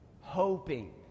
hoping